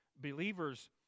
believers